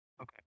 Okay